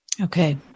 Okay